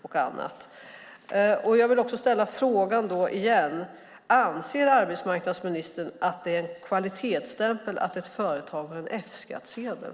Jag vill också igen ställa frågan: Anser arbetsmarknadsministern att det är en kvalitetsstämpel att ett företag har F-skattsedel?